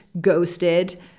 ghosted